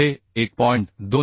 हे 1